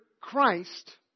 Christ